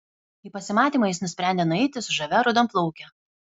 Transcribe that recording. į pasimatymą jis nusprendė nueiti su žavia raudonplauke